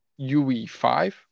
UE5